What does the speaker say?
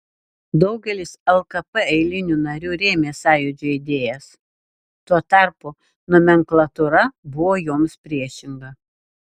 daugelis lkp eilinių narių rėmė sąjūdžio idėjas tuo tarpu nomenklatūra buvo joms priešinga